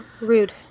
rude